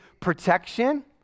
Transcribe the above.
protection